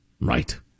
Right